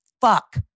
fuck